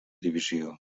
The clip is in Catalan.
divisió